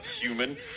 human